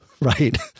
right